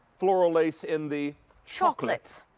floral lace in the chocolate.